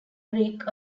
greek